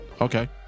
Okay